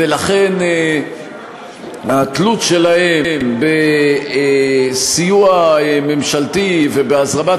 ולכן התלות שלהן בסיוע ממשלתי ובהזרמת